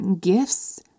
gifts